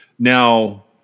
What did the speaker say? Now